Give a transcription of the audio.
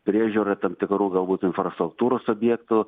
priežiūrai tam tikrų galbūt infrastruktūros objektų